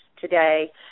today